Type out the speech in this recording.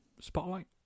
Spotlight